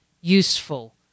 useful